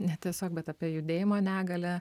ne tiesiog bet apie judėjimo negalią